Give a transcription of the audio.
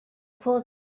pulled